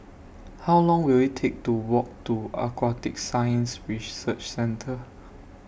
How Long Will IT Take to Walk to Aquatic Science Research Centre